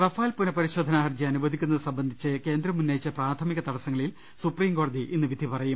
Rafale പുനപരിശോധനാ ഹർജി അനുവദിക്കുന്നത് സംബന്ധിച്ച് കേന്ദ്രം ഉന്നയിച്ച പ്രാഥമിക തടസ്സങ്ങളിൽ സുപ്രിം കോടതി ഇന്ന് വിധി പറയും